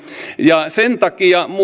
sen takia minusta